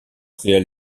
réelle